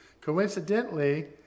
coincidentally